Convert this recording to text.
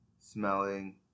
smelling